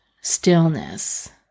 stillness